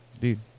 Dude